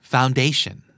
Foundation